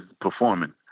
performing